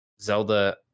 Zelda